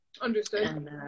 Understood